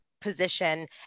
position